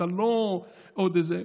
אתה לא עוד איזה,